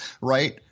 right